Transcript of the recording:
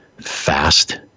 fast